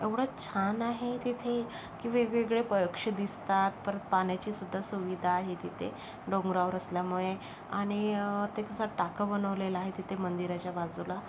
एवढं छान आहे तिथे की वेगवेगळे पक्षी दिसतात परत पाण्याचीसुद्धा सुविधा आहे तिथे डोंगरावर असल्यामुळे आणि ते एक असं टाकं बनवलेलं आहे तिथे मंदिराच्या बाजूला